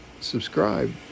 Subscribe